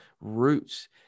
roots